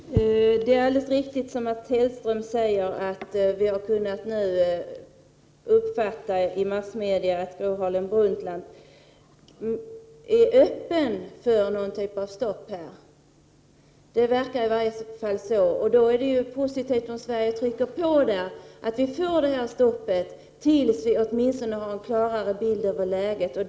Herr talman! Det är alldeles riktigt som Mats Hellström säger, nämligen att vi i massmedia har kunnat se och höra att Gro Harlem Brundtland är öppen för någon typ av stopp i detta sammanhang. Det verkar åtminstone vara på det sättet. Då är det positivt om Sverige trycker på så att ett stopp införs, åtminstone tills man får en klarare bild över läget.